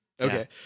Okay